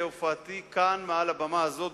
בהופעתי כאן על הבמה הזאת,